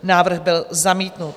Návrh byl zamítnut.